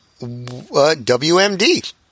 WMD